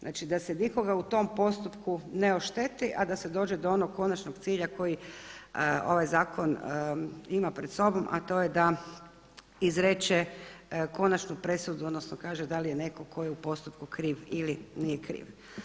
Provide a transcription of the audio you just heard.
Znači da se nikoga u tom postupku ne ošteti, a da se dođe do onog konačnog cilja koji ovaj zakon ima pred sobom, a to je da izreče konačnu presudu, odnosno kaže da li je netko tko je u postupku kriv ili nije kriv.